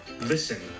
listen